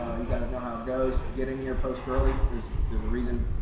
ah you guys know how it goes. getting your post early. there's there's a reason,